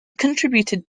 contributed